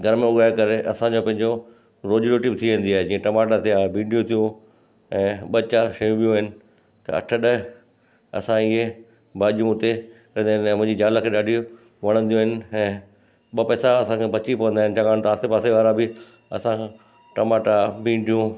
घर में उगाए करे असांजो पंहिंजो रोजी रोटी बि थी वेंदी आहे जीअं टमाटा थिया भिंडियूं थियूं ऐं ॿ चारि शयूं बि आहिनि त अठ ॾह असां इहे भाॼियूं हुते लॻाएल आहे मुंहिंजी ज़ाल खे ॾाढी वणंदियूं आहिनि ऐं ॿ पैसा असांखे बची पवंदा आहिनि चङा त आसे पासे वारा बि असांखां टमाटा भिंडियूं